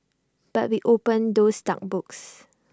but we opened those dark books